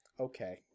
okay